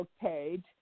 page